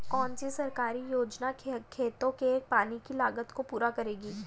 कौन सी सरकारी योजना खेतों के पानी की लागत को पूरा करेगी?